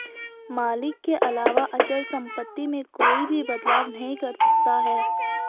मालिक के अलावा अचल सम्पत्ति में कोई भी बदलाव नहीं कर सकता है